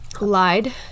Lied